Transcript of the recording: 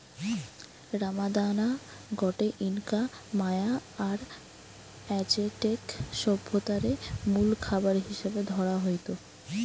রামদানা গটে Inca, Maya আর অ্যাজটেক সভ্যতারে মুল খাবার হিসাবে ধরা হইত